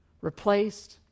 replaced